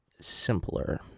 simpler